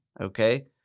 Okay